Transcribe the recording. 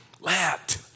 Let